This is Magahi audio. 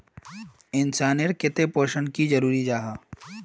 इंसान नेर केते पोषण चाँ जरूरी जाहा?